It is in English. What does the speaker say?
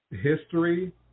history